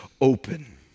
open